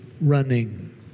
running